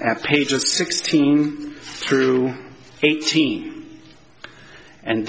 at page just sixteen through eighteen and